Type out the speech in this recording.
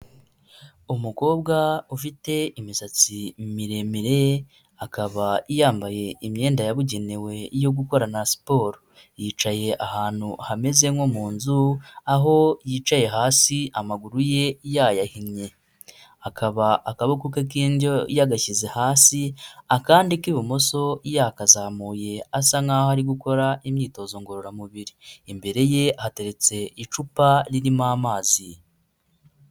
Umukobwa ufite imisatsi miremire, akaba yambaye imyenda yabugenewe yo gukorana siporo, yicaye ahantu hameze nko mu nzu, aho yicaye hasi amaguru ye yayahinnye, akaba akaboko ke k'indyo yagashyize hasi akandi k'ibumoso yakazamuye asa nk'aho ari gukora imyitozo ngororamubiri, imbere ye hateretse icupa ririmo amazi.